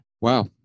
Wow